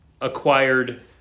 acquired